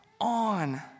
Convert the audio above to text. on